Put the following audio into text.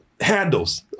handles